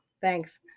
Thanks